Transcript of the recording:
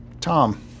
Tom